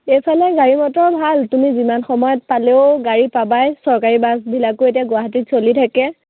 এইফালে গাড়ী মটৰ ভাল তুমি যিমান সময়ত পালেও গাড়ী পাবাই চৰকাৰী বাছবিলাকো এতিয়া গুৱাহাটীত চলি থাকে